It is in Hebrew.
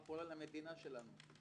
מה קורה למדינה שלנו.